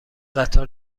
قطار